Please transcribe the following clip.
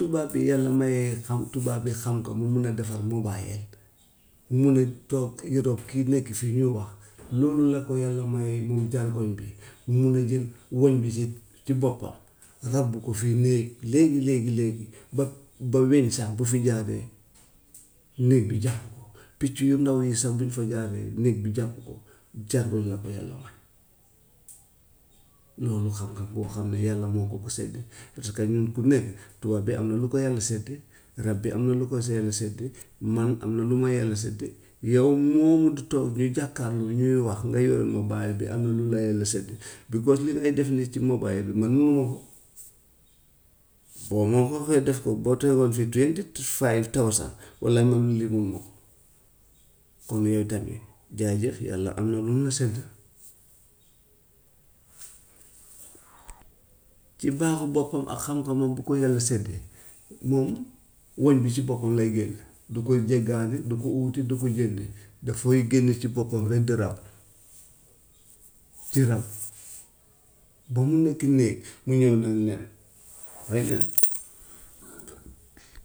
Tubaab bi yàlla mayee xam tubaab bi xam ko mu mun a defar mobile ñu mun a toog europe ki nekk fii ñu wax, loolu la ko yàlla mayee moom jargoñ bi mu mun a jël wëñ bi si ci boppam ràbb ko fii nii léegi léegi léegi ba ba weñ sax bu fi jaaree néeg bi jàpp ko, picc yu ndaw yii sax bu ñu fa jaaree néeg bi jàpp ko, jargoñ la ko yàlla may. Loolu xam-xam boo xam ne yàlla moo ko ko sédde, parce que ñun ku ne tubaab bi am na lu ko yàlla séddee, rab bi am na lu ko si yàlla séddee, man am na lu ma yàlla séddee, yow moomu di toog ñu jàkkaarloo ñuy wax nga yore mobile bi am na lu la yàlla séddee, because li ngay def nii si mobile bi man munuma ko, boo ma ko waxee def ko boo toogoon fii twenty two five thousand walla man lii yëpp munuma ko, kon yow tamit jaajëf yàlla am na lu mu la sédd. Ci baaxu boppam ak xam-xamam bu ko yàlla séddee moom wëñ bi si boppam lay génn du ko jéggaani, du ko uti, du ko jënd daf koy génne ci boppam rek di ràbb di ràbb ba mu nekk néeg mu ñëw nag nen dafay nen.